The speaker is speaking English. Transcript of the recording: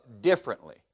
differently